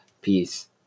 Peace